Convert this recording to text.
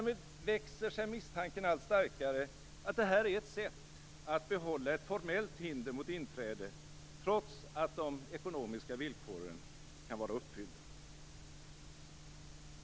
Man kan misstänka att detta är ett sätt att behålla ett formellt hinder mot inträde trots att de ekonomiska villkoren kan vara uppfyllda.